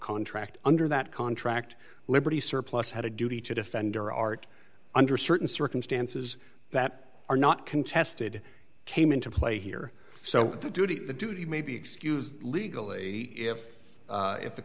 contract under that contract liberty surplus had a duty to defend your art under certain circumstances that are not contested came into play here so the duty of duty may be excused legally if if the